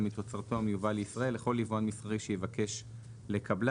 מתוצרתו המיובא לישראל לכל יבואן מסחרי שיבקש לקבלה.